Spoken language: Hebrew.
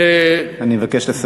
אני מבקש לסיים.